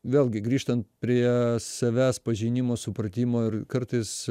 vėlgi grįžtant prie savęs pažinimo supratimo ir kartais